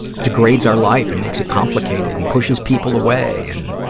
degrades our life and makes it complicated and pushes people away and,